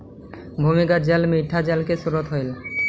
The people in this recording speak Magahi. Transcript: भूमिगत जल मीठा जल के स्रोत हई